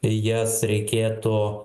jas reikėtų